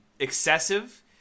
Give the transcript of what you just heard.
excessive